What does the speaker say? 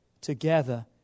together